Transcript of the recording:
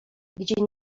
gdzie